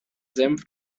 senf